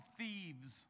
thieves